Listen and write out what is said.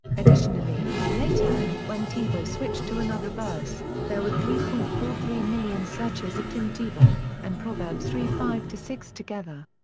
additionally, later, when tebow switched to another verse, there were three point four three million searches of tim tebow and proverbs three five six together.